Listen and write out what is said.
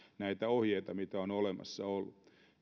näitä ohjeita mitä on olemassa ollut